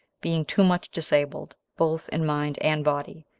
being too much disabled, both in mind and body,